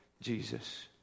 Jesus